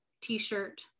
t-shirt